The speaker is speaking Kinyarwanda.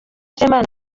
semana